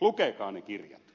lukekaa ne kirjat